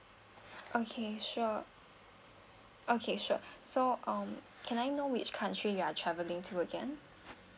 okay sure okay sure so um can I know which country you are travelling to again